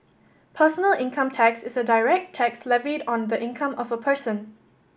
personal income tax is a direct tax levied on the income of a person